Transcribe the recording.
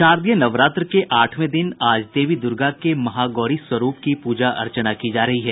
शारदीय नवरात्र के आठवें दिन आज देवी दुर्गा के महागौरी स्वरूप की पूजा अर्चना की जा रही है